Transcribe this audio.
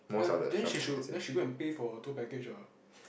ya then she should then she go and pay for a tour package ah